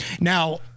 Now